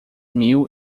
mil